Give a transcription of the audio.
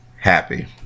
happy